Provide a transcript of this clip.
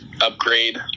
upgrade